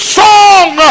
song